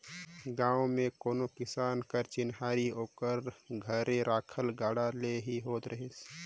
गाँव मे कोनो किसान घर कर चिन्हारी ओकर घरे रखल गाड़ा ले ही होवत रहिस